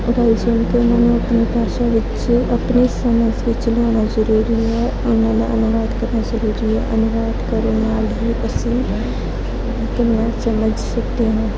ਗੱਲ ਸੁਣ ਕੇ ਉਨ੍ਹਾਂ ਨੂੰ ਆਪਣੀ ਭਾਸ਼ਾ ਵਿੱਚ ਆਪਣੀ ਸਮਝ ਵਿੱਚ ਲਿਆਉਣਾ ਜ਼ਰੂਰੀ ਹੈ ਉਨ੍ਹਾਂ ਦਾ ਅਨੁਵਾਦ ਕਰਨਾ ਜ਼ਰੂਰੀ ਹੈ ਅਨੁਵਾਦ ਕਰਨ ਨਾਲ ਹੀ ਅਸੀਂ ਗੱਲਾਂ ਸਮਝ ਸਕਦੇ ਹਾਂ